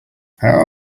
how